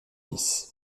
fils